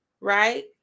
right